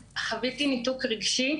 חוויתי לכמה דקות ניתוק רגשי,